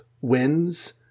wins